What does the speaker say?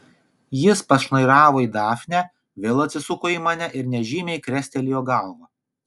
jis pašnairavo į dafnę vėl atsisuko į mane ir nežymiai krestelėjo galva